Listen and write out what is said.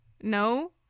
No